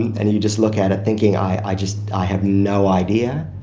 and you just look at it thinking, i, i just, i have no idea.